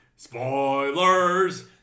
Spoilers